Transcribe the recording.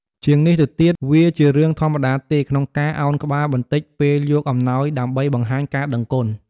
ជាងនេះទៅទៀត វាជារឿងធម្មតាទេក្នុងការឱនក្បាលបន្តិចពេលយកអំណោយដើម្បីបង្ហាញការដឹងគុណ។